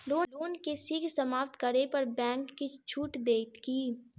loan केँ शीघ्र समाप्त करै पर बैंक किछ छुट देत की